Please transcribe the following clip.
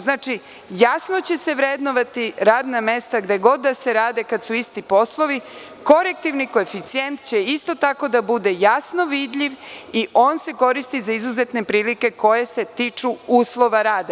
Znači, jasno će se vrednovati radna mesta, gde god da se rade, kad su isti poslovi, korektivni koeficijent će isto tako da bude jasno vidljiv i on se koristi za izuzetne prilike koje se tiču uslova rada.